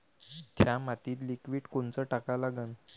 थ्या मातीत लिक्विड कोनचं टाका लागन?